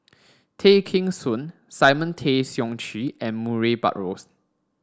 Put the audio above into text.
Tay Kheng Soon Simon Tay Seong Chee and Murray Buttrose